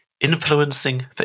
Influencing